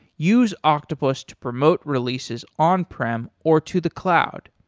use octopus to promote releases on-prem or to the cloud.